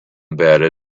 embedded